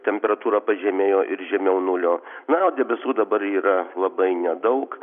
temperatūra pažemėjo ir žemiau nulio na o debesų dabar yra labai nedaug